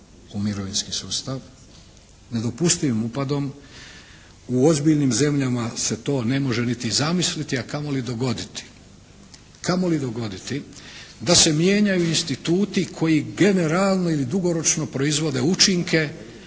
u mirovinski sustav, nedopustivim upadom. U ozbiljnim zemljama se to ne može niti zamisliti, a kamoli dogoditi da se mijenjaju instituti koji generalno ili dugoročno proizvode učinke